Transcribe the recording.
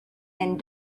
and